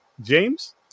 James